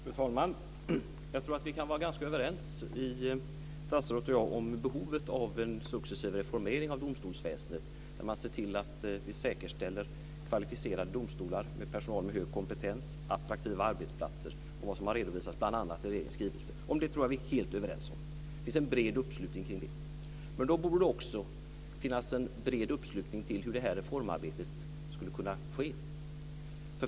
Fru talman! Jag tror att vi kan vara ganska överens, statsrådet och jag, om behovet av en successiv reformering av domstolsväsendet där man ser till att säkerställa kvalificerade domstolar med personal med hög kompetens och attraktiva arbetsplatser. Detta har ju bl.a. redovisats i regeringens skrivelse. Om detta tror jag alltså att vi är helt överens. Det finns en bred uppslutning kring det. Därför borde det också finnas en bred uppslutning kring hur reformarbetet skulle kunna ske.